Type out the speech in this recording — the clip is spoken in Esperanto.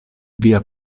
via